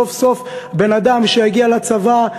סוף-סוף בן-אדם שיגיע לצבא,